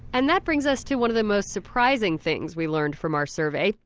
and that brings us to one of the most surprising things we learned from our survey.